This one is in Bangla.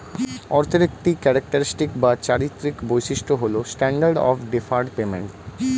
অর্থের একটি ক্যারেক্টারিস্টিক বা চারিত্রিক বৈশিষ্ট্য হল স্ট্যান্ডার্ড অফ ডেফার্ড পেমেন্ট